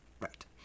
Right